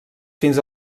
fins